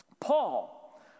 Paul